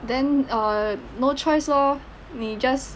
then err no choice lor 你 just